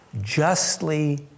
justly